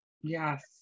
yes